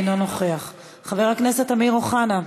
אינו נוכח, חבר הכנסת אמיר אוחנה,